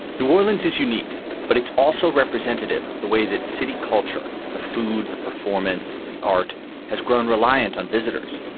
new orleans is unique, but it's also representative of the way that city culture, the food, the performance, the art has grown reliant on visitors.